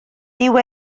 dyw